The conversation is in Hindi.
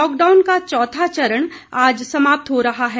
लॉकडाउन का चौथा चरण आज समाप्त हो रहा है